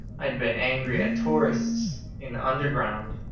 i'd been angry at tourists in the underground,